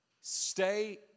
Stay